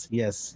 yes